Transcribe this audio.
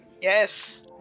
yes